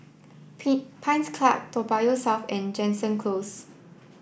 Pines Club Toa Payoh South and Jansen Close